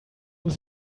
muss